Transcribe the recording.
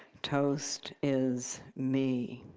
toast is me.